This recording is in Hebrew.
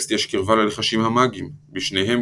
לטקסט יש קרבה ללחשים המאגיים; בשניהם